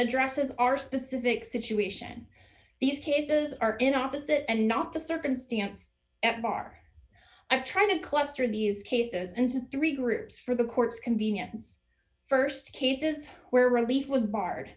addresses our specific situation these cases are in opposite and not the circumstance at bar i try to cluster abuse cases into three groups for the court's convenience st cases where relief was barred